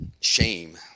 shame